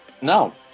no